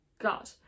God